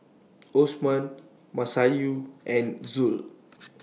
Osman Masayu and Zul